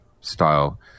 style